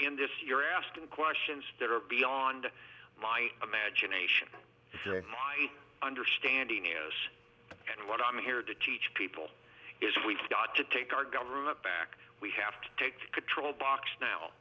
in this you're asking questions that are beyond my imagination my understanding is and what i'm here to teach people is we've got to take our government back we have to take control box now